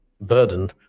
burden